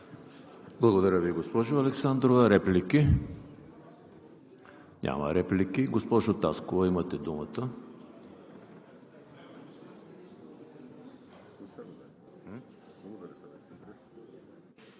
Благодаря Ви, госпожо Александрова. Реплики? Няма реплики. Госпожо Таскова, имате думата.